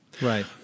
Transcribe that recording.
Right